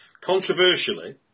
controversially